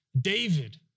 David